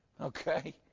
Okay